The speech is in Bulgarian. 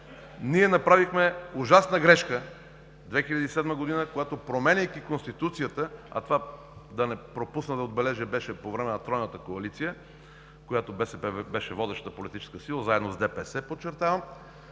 ние направихме ужасна грешка 2007 г., когато, променяйки Конституцията – а това, да не пропусна да отбележа, беше по време на тройната коалиция, когато БСП беше водеща политическа сила заедно с ДПС, подчертавам,